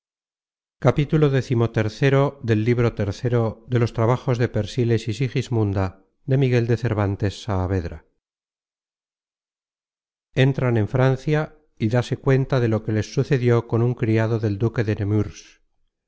entran en francia y dase cuenta de lo que les sucedió con un criado del duque de nemurs